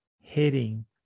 hitting